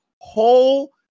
whole